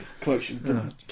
collection